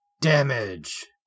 damage